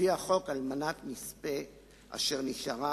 על-פי החוק, אלמנת נספה אשר נישאה